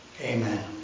Amen